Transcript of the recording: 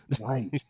Right